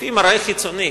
לפי מראה חיצוני,